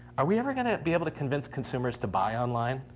are we ever going to be able to convince consumers to buy online?